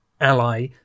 ally